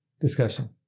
discussion